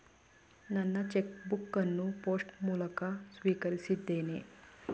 ನನ್ನ cheque book ಅನ್ನು post ಮೂಲಕ ಸ್ವೀಕರಿಸಿದ್ದೇನೆ